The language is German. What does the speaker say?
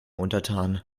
untertan